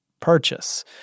purchase